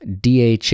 DHA